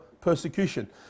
persecution